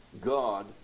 God